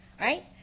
Right